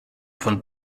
von